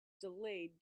delayed